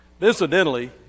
Incidentally